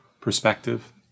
perspective